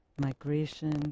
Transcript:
migration